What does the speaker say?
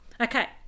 Okay